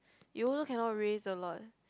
you also cannot raise a lot